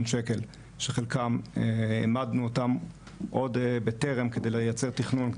שקלים שחלקם העמדנו אותם עוד בטרם כדי ליצר תכנון,